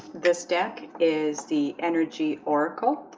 this deck is the energy oracle